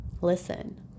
listen